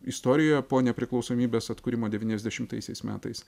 istorijoje po nepriklausomybės atkūrimo devyniasdešimtaisiais metais